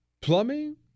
plumbing